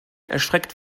erschreckt